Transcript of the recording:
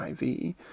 IV